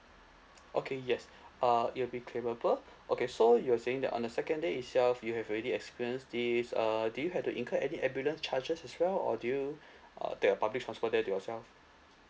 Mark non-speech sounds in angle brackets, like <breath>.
okay yes <breath> uh it will be claimable <breath> okay so you were saying that on the second day itself you have already experienced this uh do you have to incur any ambulance charges as well or do you <breath> uh take your public transport there yourself